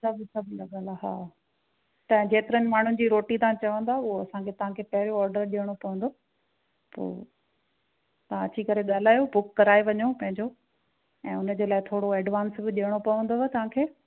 सभु सभु सभु लॻियल आहे हा तव्हां जेतिरनि माण्हुनि जी रोटी तव्हां चवंदा हो असांखे तव्हांखे पहिरें ऑडर ॾेयणो पवंदो पोइ तव्हां अची करे ॻाल्हायो बुक कराए वञो पंहिंजो ऐं उनजे लाइ थोरो एडवांस बि ॾेयणो पवंदव तव्हांखे